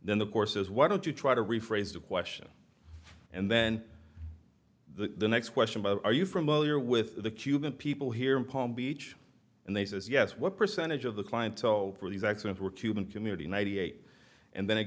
then the course is why don't you try to rephrase the question and then the next question are you familiar with the cuban people here in palm beach and they says yes what percentage of the clientele for these accents were cuban community ninety eight and then it